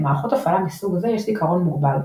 למערכות הפעלה מסוג זה יש זיכרון מוגבל,